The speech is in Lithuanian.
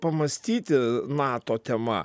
pamąstyti nato tema